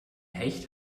hecht